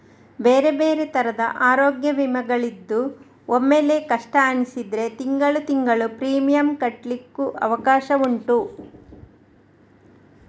ಬೇರೆ ಬೇರೆ ತರದ ಅರೋಗ್ಯ ವಿಮೆಗಳಿದ್ದು ಒಮ್ಮೆಲೇ ಕಷ್ಟ ಅನಿಸಿದ್ರೆ ತಿಂಗಳು ತಿಂಗಳು ಪ್ರೀಮಿಯಂ ಕಟ್ಲಿಕ್ಕು ಅವಕಾಶ ಉಂಟು